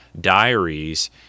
Diaries